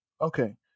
Okay